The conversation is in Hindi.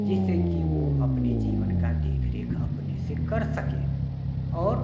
जिससे कि वो अपने जीवन का देख रेख अपने से कर सके और